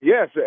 Yes